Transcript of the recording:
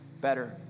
better